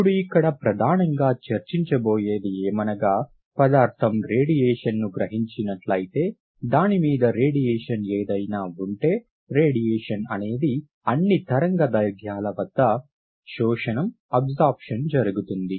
ఇప్పుడు ఇక్కడ ప్రధానంగా చర్చించబోయేది ఏమనగా పదార్ధం రేడియేషన్ను గ్రహించినట్లయితే దాని మీద రేడియేషన్ ఏదైనా ఉంటే రేడియేషన్ అనేది అన్ని తరంగదైర్ఘ్యాల వద్ద శోషణంఅబ్సార్బ్షన్ జరుగుతుంది